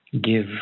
give